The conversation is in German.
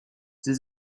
sie